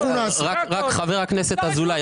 חבר הכנסת אזולאי,